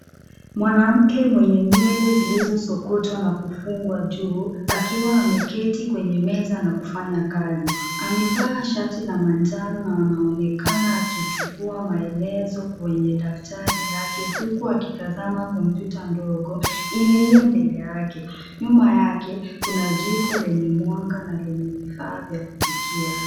Mwanamke mwenye nywele zilizosokotwa na kufungwa juu akiwa ameketi kwenye meza na kufanya kazi. Amevaa shati ya manjano na anaonekana akichukua maelezo kwenye daftari lake huku akitazama kompyuta ndogo iliyo mbele yake. Nyuma yake kuna jiko lenye mwanga na lenye vifaa vya kupikia.